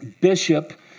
Bishop